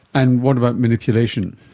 and what about manipulation?